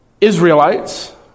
Israelites